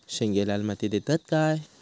शेंगे लाल मातीयेत येतत काय?